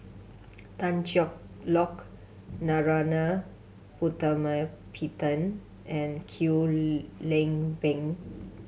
Tan Cheng Lock Narana Putumaippittan and Kwek Leng Beng